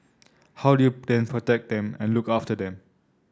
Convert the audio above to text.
how do you then protect them and look after them